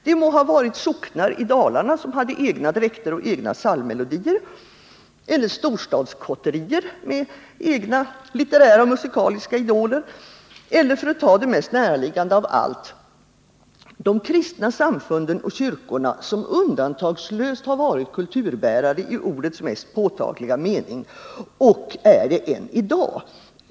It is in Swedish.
Det må ha varit socknar i Dalarna med egna dräkter och egna psalmmelodier eller storstadskotterier med egna litterära och musikaliska idoler eller, för att ta det mest näraliggande av alla, de kristna samfunden och kyrkorna som undantagslöst varit kulturbärare i ordets mest påtagliga mening och är det än i dag.